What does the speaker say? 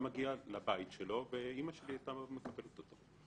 היה מגיע לבית שלו ואימא שלי הייתה מקבלת אותו.